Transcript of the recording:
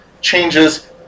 changes